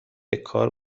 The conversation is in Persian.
کار